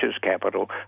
capital